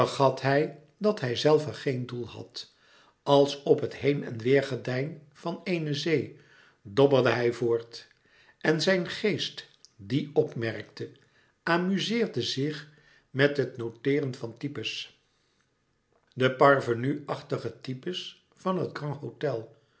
vergat hij dat hijzelve geen doel had als op het heen en weêr gedein van eene zee dobberde hij voort en zijn geest die opmerkte amuzeerde zich met het noteeren van types de parvenu achtige types van het